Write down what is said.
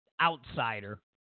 outsider